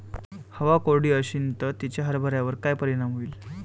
हवा कोरडी अशीन त तिचा हरभऱ्यावर काय परिणाम होईन?